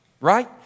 right